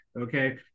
okay